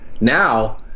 Now